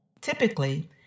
Typically